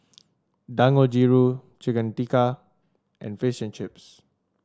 Dangojiru Chicken Tikka and Fish and Chips